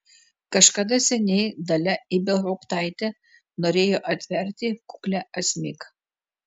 kažkada seniai dalia ibelhauptaitė norėjo atverti kuklią asmik